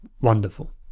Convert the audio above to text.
Wonderful